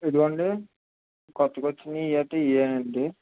ఇదిగోండి కొత్తగొచ్చినయి ఇవాల్టివి ఇయ్యేనండి